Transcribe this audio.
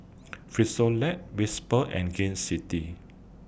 Frisolac Whisper and Gain City